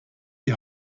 die